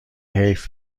حیف